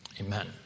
Amen